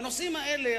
בנושאים האלה,